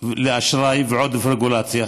לאשראי ועודף רגולציה.